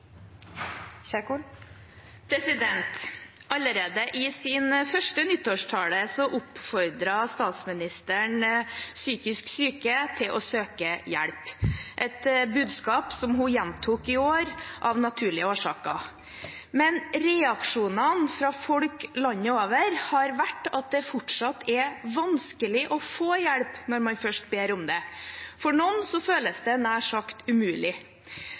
hun gjentok i år, av naturlige årsaker. Men reaksjonene fra folk landet over har vært at det fortsatt er vanskelig å få hjelp når man først ber om det. For noen føles det nær sagt umulig.